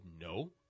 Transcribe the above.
no